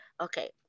okay